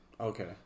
Okay